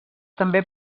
també